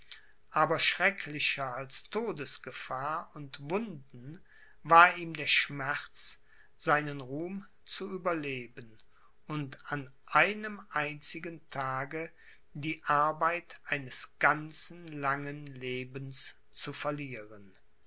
aber schrecklicher als todesgefahr und wunden war ihm der schmerz seinen ruhm zu überleben und an einem einzigen tage die arbeit eines ganzen langen lebens zu verlieren